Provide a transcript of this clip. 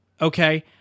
Okay